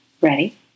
Ready